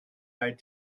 eyed